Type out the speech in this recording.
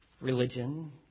religion